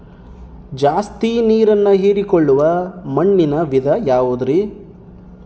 ಜಾಸ್ತಿ ನೇರನ್ನ ಹೇರಿಕೊಳ್ಳೊ ಮಣ್ಣಿನ ವಿಧ ಯಾವುದುರಿ?